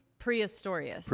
Prehistoric